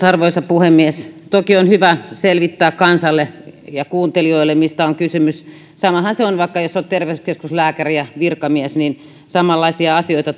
arvoisa puhemies toki on hyvä selvittää kansalle ja kuuntelijoille mistä on kysymys samahan se on jos vaikka on terveyskeskuslääkäri ja virkamies samanlaisia asioita